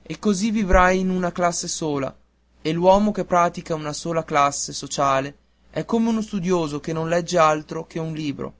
e così vivrai in una classe sola e l'uomo che pratica una sola classe sociale è come lo studioso che non legge altro che un libro